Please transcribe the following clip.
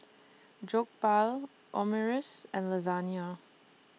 Jokbal Omurice and Lasagna